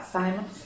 Simon